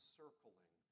circling